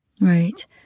Right